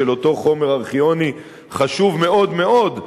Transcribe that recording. של אותו חומר ארכיוני חשוב מאוד מאוד,